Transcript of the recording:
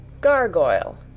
Gargoyle